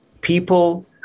people